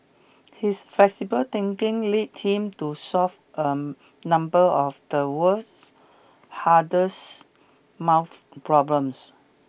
his flexible thinking led him to solve a number of the world's hardest math problems